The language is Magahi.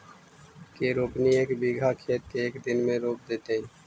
के रोपनी एक बिघा खेत के एक दिन में रोप देतै?